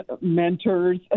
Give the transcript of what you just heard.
mentors